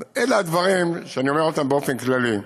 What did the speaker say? אז אלו הדברים שאני אומר באופן כללי,